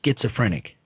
schizophrenic